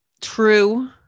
true